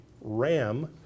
ram